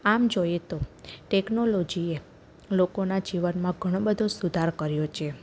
આમ જોઈએ તો ટેકનોલોજીએ લોકોના જીવનમાં ઘણો બધો સુધાર કર્યો છે